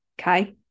okay